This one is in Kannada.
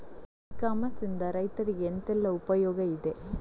ಇ ಕಾಮರ್ಸ್ ನಿಂದ ರೈತರಿಗೆ ಎಂತೆಲ್ಲ ಉಪಯೋಗ ಇದೆ?